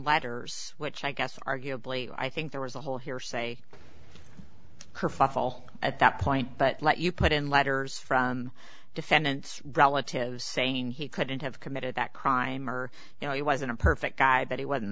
letters which i guess arguably i think there was a whole hearsay kerfuffle at that point but let you put in letters from defendants relatives saying he couldn't have committed that crime or you know he wasn't a perfect guy that he wasn't